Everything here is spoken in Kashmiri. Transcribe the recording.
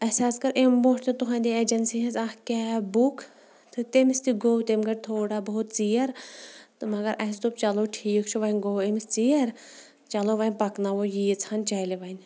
اَسہِ حظ کٔر امہِ برونٛٹھ تہِ تُہٕنٛدِ ایٚجَنسی ہِنٛز اَکھ کیب بُک تہٕ تٔمِس تہِ گوٚو تَمہِ گٔرۍ تھوڑا بہت ژیر تہٕ مگر اَسہِ دوٚپ چلو ٹھیٖک چھُ وۄنۍ گوٚو أمِس ژیر چلو وۄنۍ پَکناوَو ییٖژ ہَن چَلہِ وۄنۍ